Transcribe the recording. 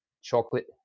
chocolate